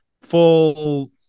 full